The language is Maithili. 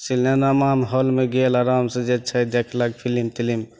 सिनेमाहॉलमे गेल आरामसे जे छै देखलक फिलिम तिलिम